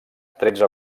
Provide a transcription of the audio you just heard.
tretze